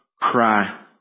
cry